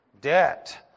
Debt